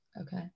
okay